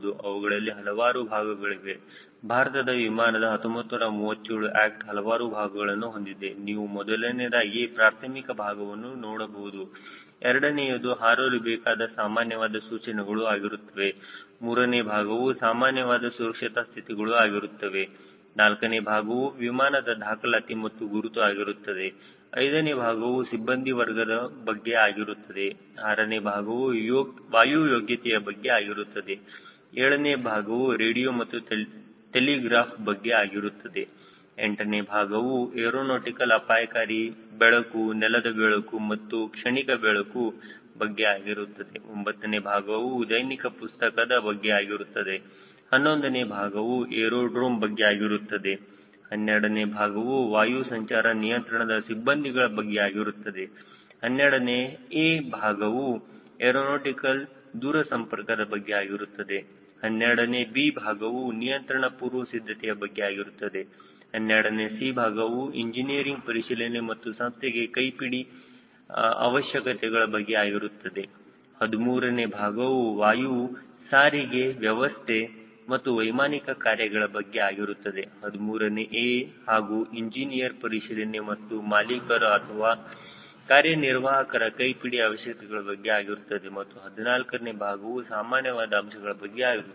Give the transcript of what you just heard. ಅವುಗಳಲ್ಲಿ ಹಲವಾರು ಭಾಗಗಳಿವೆ ಭಾರತದ ವಿಮಾನದ 1937 ಆಕ್ಟ್ ಹಲವಾರು ಭಾಗಗಳನ್ನು ಹೊಂದಿದೆ ನೀವು ಮೊದಲನೆಯದಾಗಿ ಪ್ರಾರ್ಥಮಿಕ ಭಾಗವನ್ನು ನೋಡಬಹುದು ಎರಡನೆಯದು ಹಾರಲು ಬೇಕಾದ ಸಾಮಾನ್ಯವಾದ ಸೂಚನೆಗಳು ಆಗಿರುತ್ತದೆ ಮೂರನೇ ಭಾಗವು ಸಾಮಾನ್ಯವಾದ ಸುರಕ್ಷತಾ ಸ್ಥಿತಿಗಳು ಆಗಿರುತ್ತದೆ ನಾಲ್ಕನೇ ಭಾಗವು ವಿಮಾನದ ದಾಖಲಾತಿ ಮತ್ತು ಗುರುತು ಆಗಿರುತ್ತದೆ ಐದನೇ ಭಾಗವು ಸಿಬ್ಬಂದಿ ವರ್ಗದ ಬಗ್ಗೆ ಆಗಿರುತ್ತದೆ ಆರನೇ ಭಾಗವು ವಾಯು ಯೋಗ್ಯತೆ ಬಗ್ಗೆ ಆಗಿರುತ್ತದೆ ಏಳನೇ ಭಾಗವು ರೇಡಿಯೋ ಮತ್ತು ಟೆಲಿಗ್ರಾಫ್ ಬಗ್ಗೆ ಆಗಿರುತ್ತದೆ ಎಂಟನೇ ಭಾಗವು ಏರೋನಾಟಿಕಲ್ ಅಪಾಯಕಾರಿ ಬೆಳಕು ನೆಲದ ಬೆಳಕು ಮತ್ತು ಕ್ಷಣಿಕ ಬೆಳಕು ಬಗ್ಗೆ ಆಗಿರುತ್ತದೆ ಒಂಬತ್ತನೇ ಭಾಗವು ದೈನಿಕ ಪುಸ್ತಕದ ಬಗ್ಗೆ ಆಗಿರುತ್ತದೆ ಹನ್ನೊಂದನೇ ಭಾಗವು ಏರೋ ಡ್ರೋಮ್ ಬಗ್ಗೆ ಆಗಿರುತ್ತದೆ 12ನೇ ಭಾಗವು ವಾಯು ಸಂಚಾರ ನಿಯಂತ್ರಣದ ಸಿಬ್ಬಂದಿಗಳ ಬಗ್ಗೆ ಆಗಿರುತ್ತದೆ 12ನೇ A ಭಾಗವು ಏರೋನಾಟಿಕಲ್ ದೂರಸಂಪರ್ಕದ ಬಗ್ಗೆ ಆಗಿರುತ್ತದೆ 12ನೇ B ಭಾಗವು ನಿಯಂತ್ರಣ ಪೂರ್ವ ಸಿದ್ಧತೆಯ ಬಗ್ಗೆ ಆಗಿರುತ್ತದೆ 12ನೇ C ಭಾಗವು ಇಂಜಿನಿಯರಿಂಗ್ ಪರಿಶೀಲನೆ ಮತ್ತು ಸಂಸ್ಥೆಗೆ ಕೈಪಿಡಿ ಅವಶ್ಯಕತೆಗಳ ಬಗ್ಗೆ ಆಗಿರುತ್ತದೆ 13ನೇ ಭಾಗವು ವಾಯು ಸಾರಿಗೆ ವ್ಯವಸ್ಥೆ ಮತ್ತು ವೈಮಾನಿಕ ಕಾರ್ಯಗಳ ಬಗ್ಗೆ ಆಗಿರುತ್ತದೆ 13ನೇ A ಹಾಗೂ ಇಂಜಿನಿಯರಿಂಗ್ ಪರಿಶೀಲನೆ ಮತ್ತು ಮಾಲೀಕರ ಅಥವಾ ಕಾರ್ಯನಿರ್ವಾಹಕರ ಕೈಪಿಡಿ ಅವಶ್ಯಕತೆಗಳ ಬಗ್ಗೆ ಆಗಿರುತ್ತದೆ ಮತ್ತು 14ನೆ ಭಾಗವು ಸಾಮಾನ್ಯವಾದ ಅಂಶಗಳ ಬಗ್ಗೆ ಆಗಿರುತ್ತದೆ